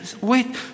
Wait